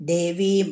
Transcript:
Devi